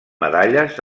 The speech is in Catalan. medalles